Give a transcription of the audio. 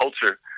culture